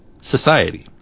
society